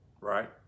right